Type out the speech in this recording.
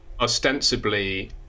ostensibly